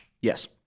Yes